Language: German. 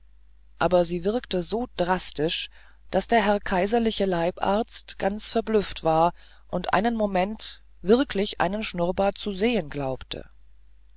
aber sie wirkte so drastisch daß der herr kaiserliche leibarzt ganz verblüfft war und einen moment wirklich einen schnurrbart zu sehen glaubte